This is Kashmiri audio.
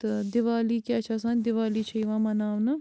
تہٕ دیٖوالی کیٛاہ چھِ آسان دیٖوالی چھِ یِوان مناونہٕ